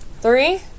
Three